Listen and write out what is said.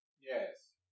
Yes